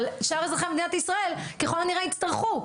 אבל שאר אזרחי מדינת ישראל, ככל הנראה יצטרכו.